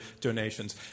donations